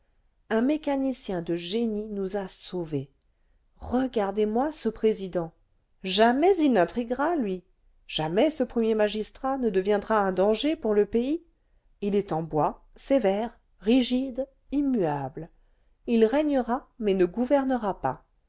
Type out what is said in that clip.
un mécanicien de génie nous a sauvés regardez-moi ce président jamais il n'intriguera lui jamais ce premier magistrat ne deviendra un danger pour le pays il est en bois sévère rigide immuable il régnera mais ne gouvernera pas